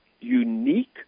unique